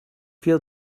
feel